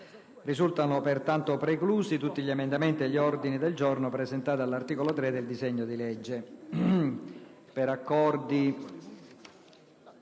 Restano pertanto preclusi tutti gli emendamenti e gli ordini del giorno presentati all'articolo 3 del disegno di legge.